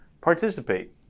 participate